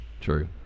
True